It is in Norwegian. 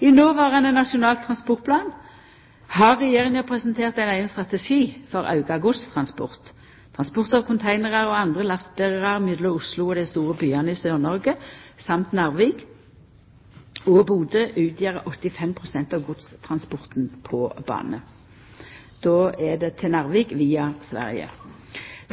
I noverande Nasjonal transportplan har Regjeringa presentert ein eigen strategi for auka godstransport. Transport av containarar og andre lastberarar mellom Oslo og dei store byane i Sør-Noreg og Narvik – via Sverige – og Bodø utgjer 85 pst. av godstransporten på bane.